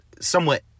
somewhat